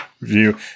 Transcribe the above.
review